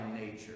nature